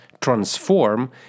transform